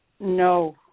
No